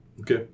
Okay